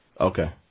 Okay